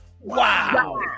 wow